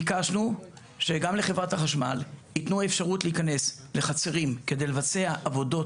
ביקשנו שגם לחברת החשמל ייתנו אפשרות להיכנס לחצרים כדי לבצע עבודות